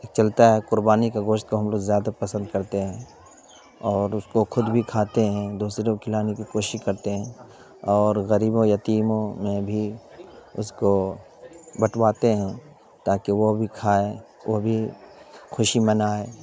چلتا ہے قربانی کا گوشت کو ہم لوگ زیادہ پسند کرتے ہیں اور اس کو خود بھی کھاتے ہیں دوسروں کو کھلانے کی کوشش کرتے ہیں اور غریبوں یتییموں میں بھی اس کو بٹواتے ہیں تاکہ وہ بھی کھائیں وہ بھی خوشی منائیں